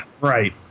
Right